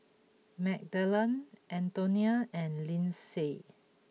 Magdalen Antonia and Lynsey